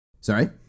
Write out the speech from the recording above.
Sorry